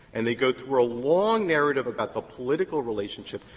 and they go through a long narrative about the political relationship.